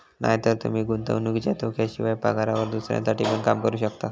नायतर तूमी गुंतवणुकीच्या धोक्याशिवाय, पगारावर दुसऱ्यांसाठी पण काम करू शकतास